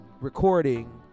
Recording